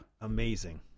Amazing